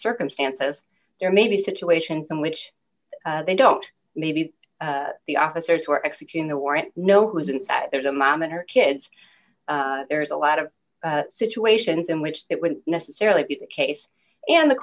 circumstances there may be situations in which they don't maybe the officers who are executing the warrant know who is inside there's a mom and her kids there's a lot of situations in which that wouldn't necessarily be the case and the